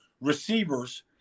Receivers